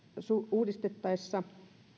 uudistettaessa